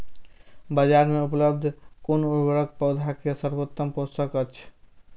बाजार में उपलब्ध कुन उर्वरक पौधा के सर्वोत्तम पोषक अछि?